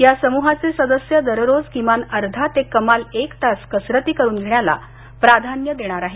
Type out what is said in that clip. या समूहाचे सदस्य दररोज किमान अर्धा ते कमाल एक तास कसरती करून घेण्याला प्राधान्य देणार आहेत